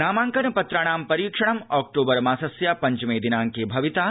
नामाइकनपत्राणां परीक्षणम् ऑक्टोबर् मासस्य पञ्चमे दिनाड़के भविता